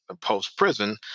post-prison